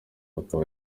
akaba